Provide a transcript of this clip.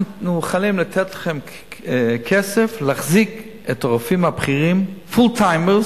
אנחנו מוכנים לתת לכם כסף להחזיק את הרופאים הבכירים full timers,